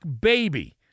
Baby